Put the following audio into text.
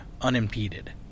unimpeded